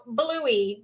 bluey